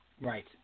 Right